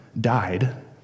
died